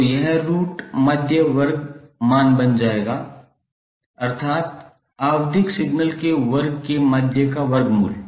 तो यह रूट माध्य वर्ग मान बन जाएगा अर्थात आवधिक सिग्नल के वर्ग के माध्य का वर्गमूल